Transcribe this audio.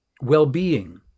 Well-being